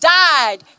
died